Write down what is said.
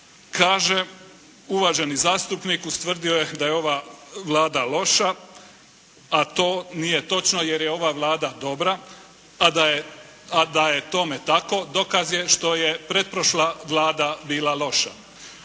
kaže, uvaženi zastupnik ustvrdio je da je ova Vlada loša, a to nije točno jer je ova Vlada dobra, a da je tome tako dokaz je što je pretprošla Vlada bila loša.